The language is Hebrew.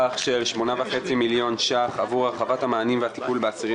8.5 מיליון ש"ח עבור הרחבת המענים והטיפול באסירים